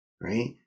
Right